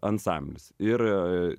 ansamblis ir